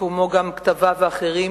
כמו גם כתביו האחרים,